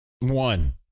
One